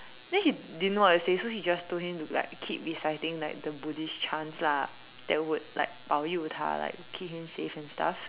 then he didn't know what to say so he just told him to like keep reciting the buddhist chants lah that would like 保佑他 like keep him safe and stuff